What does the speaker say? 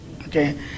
Okay